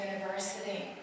university